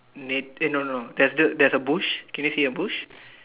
net eh no no there's there's there's a bush can you see a bush